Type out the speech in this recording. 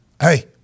hey